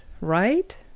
right